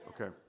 Okay